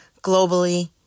globally